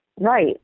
Right